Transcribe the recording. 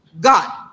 god